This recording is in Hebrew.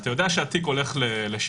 ואתה יודע שהתיק הולך לשחרור.